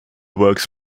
works